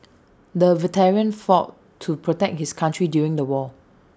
the veteran fought to protect his country during the war